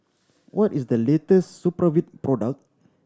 what is the latest Supravit product